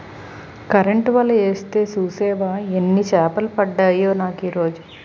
Current వల యేస్తే సూసేవా యెన్ని సేపలు పడ్డాయో నాకీరోజు?